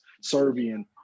Serbian